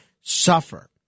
suffer